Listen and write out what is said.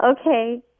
Okay